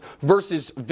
versus